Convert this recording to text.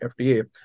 FDA